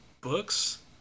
books